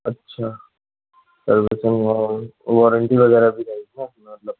अच्छा servicing warranty वगैरह भी रहेगी ना मतलब